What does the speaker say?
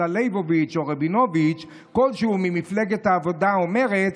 אלא ליבוביץ' או רבינוביץ' כלשהו ממפלגות העבודה או מרצ,